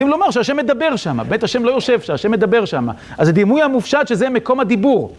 לומר שה' מדבר שם, בית ה' לא יושב שה' מדבר שם, אז זה דימוי המופשט שזה מקום הדיבור.